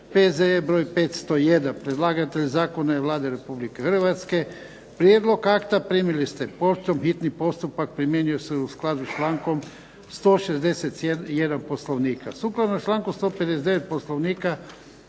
P.Z.E. br. 501 Predlagatelj zakona je Vlada Republike Hrvatske. Prijedlog akta primili ste poštom. Hitni postupak primjenjuje se u skladu s člankom 161. Poslovnika.